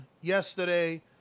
yesterday